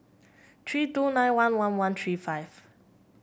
three two nine one one one three five